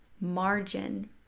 margin